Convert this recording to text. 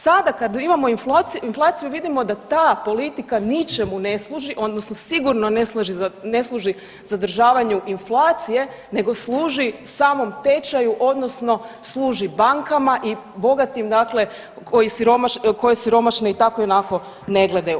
Sada kad imamo inflaciju vidimo da ta politika ničemu ne služi odnosno sigurno ne služi zadržavanju inflacije nego služi samom tečaju odnosno služi bankama i bogatim dakle koji siromašne i tako i onako ne gledaju.